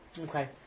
Okay